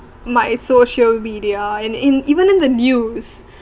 my social media and in even in the news